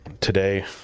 Today